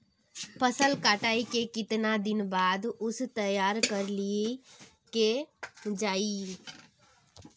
फसल कटाई के कीतना दिन बाद उसे तैयार कर ली के चाहिए?